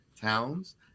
towns